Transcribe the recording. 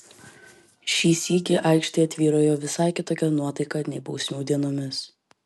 šį sykį aikštėje tvyrojo visai kitokia nuotaika nei bausmių dienomis